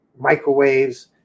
microwaves